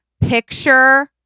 Picture